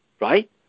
Right